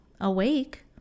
awake